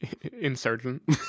Insurgent